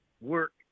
work